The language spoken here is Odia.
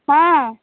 ହଁ